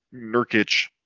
Nurkic